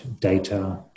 data